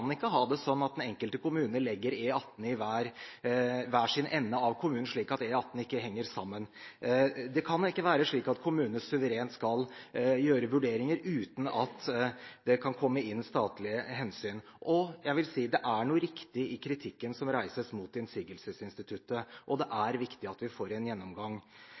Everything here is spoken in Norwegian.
ikke ha det slik at den enkelte kommune legger E18 i hver sin ende av kommunen, slik at E18 ikke henger sammen. Det kan ikke være slik at kommunene suverent skal gjøre vurderinger uten at statlige hensyn kan komme inn. Jeg vil si det er noe riktig i kritikken som reises mot innsigelsesinstituttet, og det er viktig at vi får en gjennomgang.